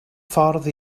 ffordd